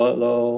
לא עשינו את זה.